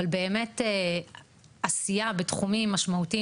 אבל באמת עשייה בתחומים משמעותיים,